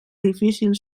difícil